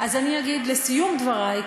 אז אני אגיד לסיום דברי,